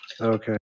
Okay